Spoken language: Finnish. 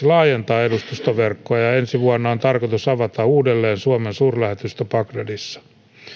laajentaa edustustoverkkoa ja ja ensi vuonna on tarkoitus avata uudelleen suomen suurlähetystö bagdadissa